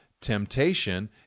temptation